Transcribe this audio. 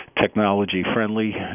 technology-friendly